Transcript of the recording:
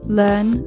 learn